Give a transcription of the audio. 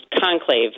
Conclave